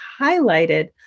highlighted